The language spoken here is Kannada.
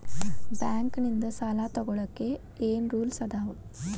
ಬ್ಯಾಂಕ್ ನಿಂದ್ ಸಾಲ ತೊಗೋಳಕ್ಕೆ ಏನ್ ರೂಲ್ಸ್ ಅದಾವ?